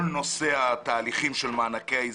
כל נושא התהליכים של מענקי האיזון,